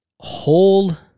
hold